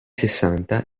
sessanta